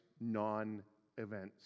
non-events